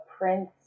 prince